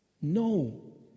No